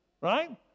Right